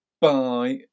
Bye